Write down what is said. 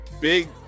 Big